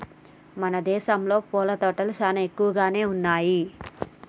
మన దేసంలో పూల తోటలు చానా ఎక్కువగానే ఉన్నయ్యి